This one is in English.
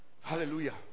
Hallelujah